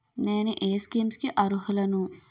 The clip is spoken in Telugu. నేను ఏ స్కీమ్స్ కి అరుహులను?